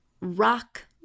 rock